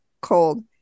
cold